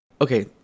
Okay